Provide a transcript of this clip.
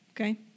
okay